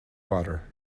water